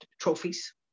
trophies